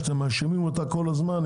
שאתם מאשימים אותה כל הזמן.